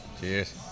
Cheers